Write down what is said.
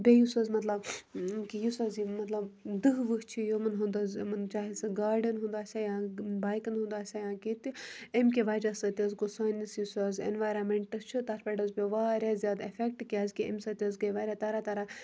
بیٚیہِ یُس حظ مطلب کہِ یُس حظ یہِ مطلب دٔہ ؤہ چھِ یِمَن ہُنٛد حظ یِمَن چاہے سُہ گاڑٮ۪ن ہُنٛد آسہِ ہا یا بایکَن ہُنٛد آسہِ ہا یا کینٛہہ تہِ امۍ کہِ وجہ سۭتۍ حظ گوٚو سٲنِس یُس حظ اٮ۪نوارَمٮ۪نٛٹہٕ چھُ تَتھ پٮ۪ٹھ حظ پیوٚ واریاہ زیادٕ اٮ۪فٮ۪کٹہٕ کیٛازِکہِ امہِ سۭتۍ حظ گٔے واریاہ طرح طرح